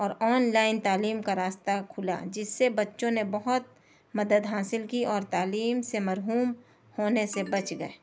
اور online تعلیم کا راستہ کھلا جس سے بچوں نے بہت مدد حاصل کی اور تعلیم سے مرحوم ہونے سے بچ گئے